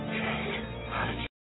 Okay